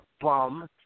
bum